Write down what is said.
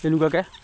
তেনেকুৱাকে